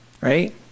right